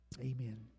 Amen